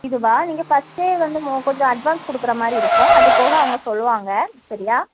இதுவாக நீங்கள் ஃபர்ஸ்ட்டே வந்து மொ கொஞ்சம் அட்வான்ஸ் கொடுக்குறமாரி இருக்கும் அதுபோக அவங்க சொல்லுவாங்க சரியா